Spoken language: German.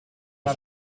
aus